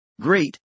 Great